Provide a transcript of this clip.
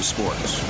Sports